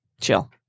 Chill